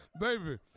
Baby